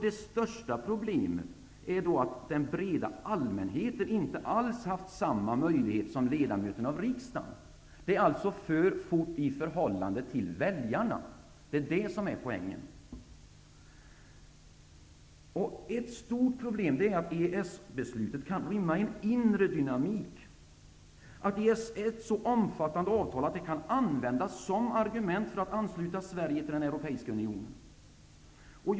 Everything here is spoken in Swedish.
Det största problemet är att den breda allmänheten inte alls haft samma möjligheter som ledamöterna av riksdagen. Det är alltså för fort i förhållande till väljarna. Det är poängen. Ett stort problem är att EES-beslutet kan rymma en inre dynamik. Det är ett så omfattande avtal att det kan användas som argument för att ansluta Sverige till den europeiska unionen.